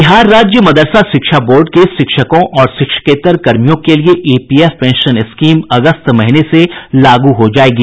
बिहार राज्य मदरसा शिक्षा बोर्ड के शिक्षकों और शिक्षकेत्तर कर्मियों के लिये ईपीएफ पेंशन स्कीम अगस्त महीने से लागू हो जायेगी